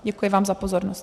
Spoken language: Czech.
Děkuji vám za pozornost.